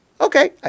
Okay